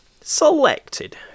selected